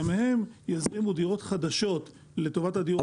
גם הם יזרימו דירות חדשות לטובת הדיור הציבורי.